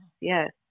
yes